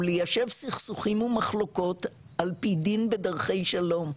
הוא ליישב סכסוכים ומחלוקות על פי דין בדרכי שלום,